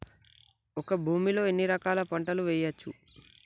ఒక భూమి లో ఎన్ని రకాల పంటలు వేయచ్చు?